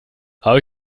habe